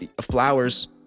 flowers